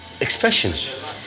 Expression